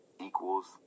equals